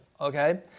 okay